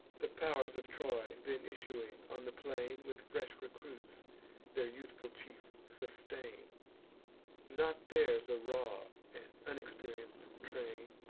the pow'rs of troy, then issuing on the plain, with fresh recruits their youthful chief sustain not theirs a raw and unexperienc'd train,